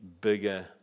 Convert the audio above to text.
bigger